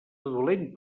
dolent